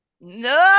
No